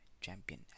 champion